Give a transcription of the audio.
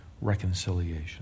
reconciliation